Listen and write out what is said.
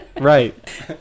Right